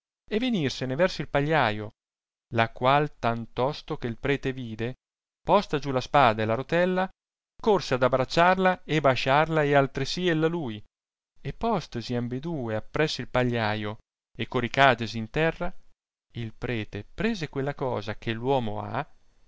e venirsene verso il pagliaio la qual tantosto che il prete vide posta giù la spada e la rotella corse ad abbracciarla e basciarla e altresì ella lui e postisi ambidue appresso il pagliaio e coricatisi in terra il prete prese quella cosa che l'uomo ha